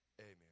Amen